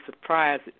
surprised